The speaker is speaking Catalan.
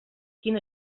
quin